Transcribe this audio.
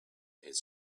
his